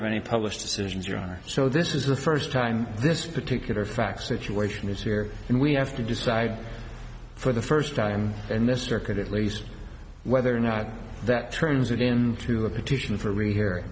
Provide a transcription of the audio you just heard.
of any published decisions your honor so this is the first time this particular fact situation is here and we have to decide for the first time and mr could at least whether or not that turns it into a petition for re here